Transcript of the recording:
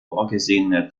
vorgesehene